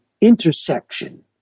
intersection